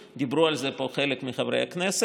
דיברו על זה פה חלק מחברי הכנסת.